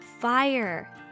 fire